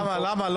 למה, למה?